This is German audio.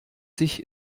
sich